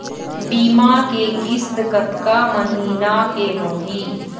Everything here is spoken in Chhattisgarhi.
बीमा के किस्त कतका महीना के होही?